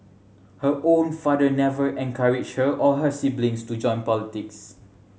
her own father never encouraged her or her siblings to join politics